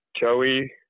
Joey